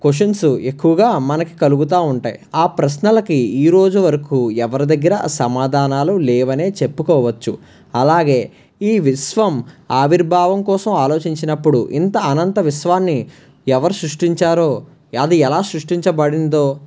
cautions ఎక్కువగా మనకి కలుగుతూ ఉంటాయి ఆ ప్రశ్నలకి ఈరోజు వరకు ఎవరి దగ్గర సమాధానాలు లేవనే చెప్పుకోవచ్చు అలాగే ఈ విశ్వం ఆవిర్భావం కోసం ఆలోచించినప్పుడు ఇంత అనంత విశ్వాన్ని ఎవరు సృష్టించారో అది ఎలా సృష్టించబడిందో